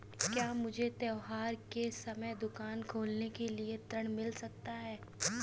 क्या मुझे त्योहार के समय दुकान खोलने के लिए ऋण मिल सकता है?